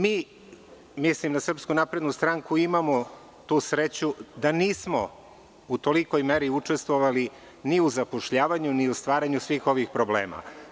Mi, mislim na SNS, imamo tu sreću da nismo u tolikoj meri učestvovali ni u zapošljavanju, ni u stvaranju svih ovih problema.